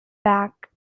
back